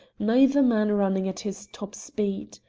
neither man running at his top speed.